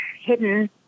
hidden